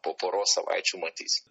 po poros savaičių matysime